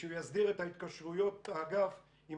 ושהוא יסדיר את התקשרויות האגף עם